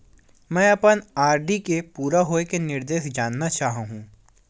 मैं अपन आर.डी के पूरा होये के निर्देश जानना चाहहु